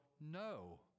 no